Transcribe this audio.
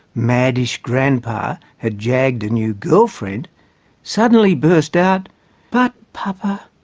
mad-ish grandpa had jagged a new girlfriend suddenly burst out but papa,